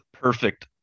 Perfect